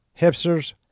hipsters